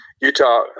utah